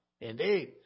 Indeed